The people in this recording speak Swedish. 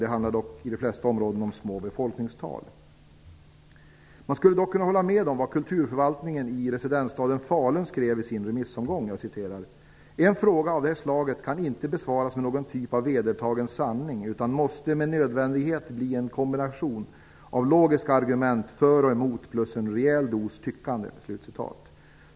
Men i de flesta områdena handlar det dock om små befolkningstal. Man skulle dock kunna hålla med om vad Kulturförvaltningen i residensstaden Falun skrev i sin remissomgång: "En fråga av det slaget kan inte besvaras med någon typ av vedertagen sanning utan måste med nödvändighet bli en kombination av logiska argument för och emot, plus en rejäl dos tyckande."